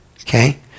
okay